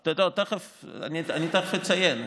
תכף, אני תכף אציין.